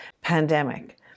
pandemic